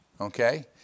Okay